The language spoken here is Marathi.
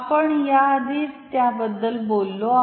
आपण आधीच त्याबद्दल बोललो आहे